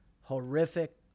horrific